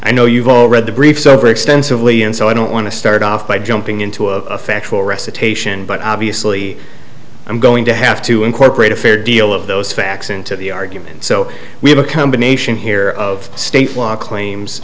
i know you've all read the briefs over extensively and so i don't want to start off by jumping into a factual recitation but obviously i'm going to have to incorporate a fair deal of those facts into the argument so we have a combination here of state law claims